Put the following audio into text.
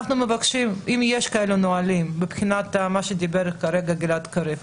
אנחנו מבקשים להעביר לוועדה את כל הנהלים עליהם דיבר חבר הכנסת קריב,